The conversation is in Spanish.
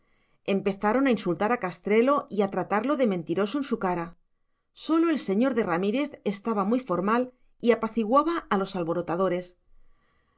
empezaron a insultar a castrelo y a tratarlo de mentiroso en su cara sólo el señor de ramírez estaba muy formal y apaciguaba a los alborotadores